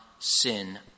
sin